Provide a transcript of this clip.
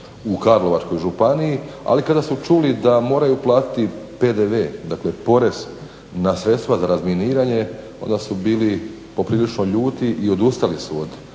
u Karlovačkoj županiji, ali kada su čuli da moraju platiti PDV, dakle porez na sredstva za razminiranje onda su bili poprilično ljuti i odustali su od